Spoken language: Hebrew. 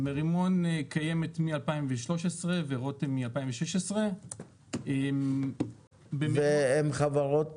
מרימון קיימת מאז 2013 ורותם משנת 2016. והן חברות